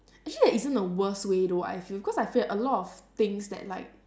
actually there isn't a worst way though I feel because I feel that a lot of things that like